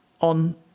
on